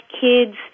kids